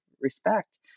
respect